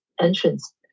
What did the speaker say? entrance